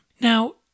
Now